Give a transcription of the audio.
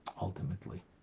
ultimately